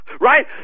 Right